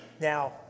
Now